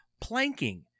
planking